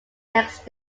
next